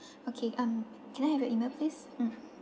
okay um can I have your email please mm